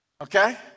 Okay